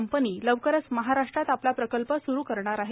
company लवकरच महाराष्ट्रात आपला प्रकल्प सुरू करणार आहे